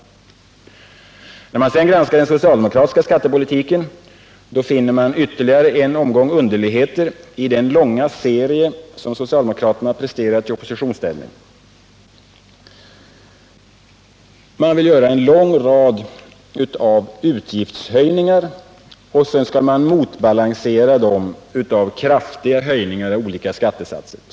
När man sedan granskar den socialdemokratiska skattepolitiken, finner man ytterligare en omgång underligheter i den långa serien av förslag som socialdemokraterna presterat i oppositionsställning. Man vill göra en lång rad utgiftshöjningar, och sedan skall man motbalansera med kraftiga höjningar av olika skattesatser.